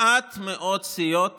מעט מאוד סיעות